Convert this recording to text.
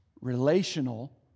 Relational